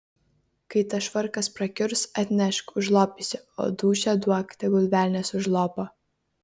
kai tas švarkas prakiurs atnešk užlopysiu o dūšią duok tegul velnias užlopo